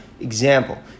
example